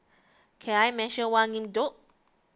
can I mention one though